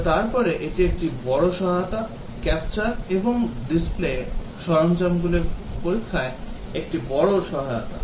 তবে তারপরে এটি একটি বড় সহায়তা ক্যাপচার এবং রিপ্লে সরঞ্জামগুলি পরীক্ষায় একটি বড় সহায়তা